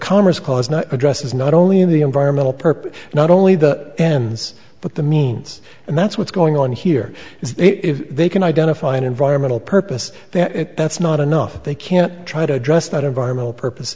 commerce clause not addresses not only in the environmental purpose not only the ends but the means and that's what's going on here if they can identify an environmental purpose there that's not enough can try to address that environmental purpose